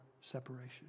separation